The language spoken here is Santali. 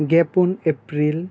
ᱜᱮᱯᱩᱱ ᱮᱯᱨᱤᱞ